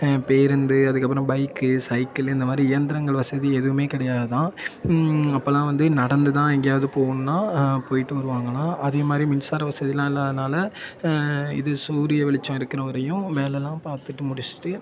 பேருந்து அதுக்கப்புறம் bike cycle இந்த மாதிரி இயந்திரங்கள் வசதி எதுவுமே கெடையாதாம் அப்போல்லாம் வந்து நடந்து தான் எங்கேயாவது போகணும்ன்னா போய்ட்டு வருவாங்களாம் அதே மாதிரி மின்சார வசதிலாம் இல்லாததனால இது சூரிய வெளிச்சம் இருக்கிற வரையும் வேலைலாம் பார்த்துட்டு முடிச்சுட்டு